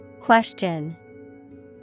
Question